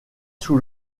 sous